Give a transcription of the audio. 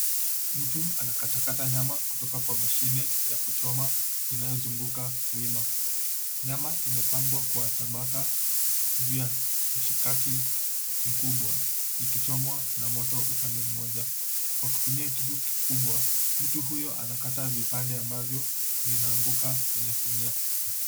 Mtu anakatakata nyama kutoka kwa mashine ya kuchoma inayozunguka wima. Nyama imepangwa kwa tabaka juu ya mshikaki mkubwa ikichomwa na moto upande mmoja. Kwa kutumia kisu kikubwa, mtu huyo anakata vipande ambavyo vinaanguka kwenye sinia.